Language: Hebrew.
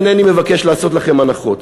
אינני מבקש לעשות לכם הנחות,